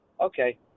Okay